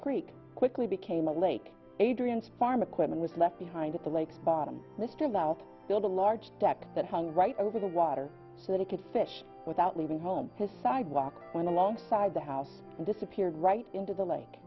creek quickly became a lake adrian's farm equipment was left behind at the lakes bottom list of out build a large deck that hung right over the water so that it could fish without leaving home his side walk when alongside the house and disappeared right into the lake